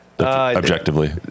Objectively